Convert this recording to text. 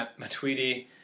Matuidi